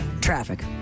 Traffic